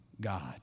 God